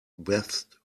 best